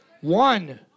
One